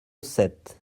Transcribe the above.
sept